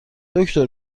دکتر